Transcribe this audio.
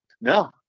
No